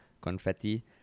confetti